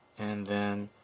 and then